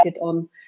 on